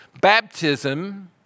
Baptism